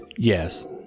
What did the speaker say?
Yes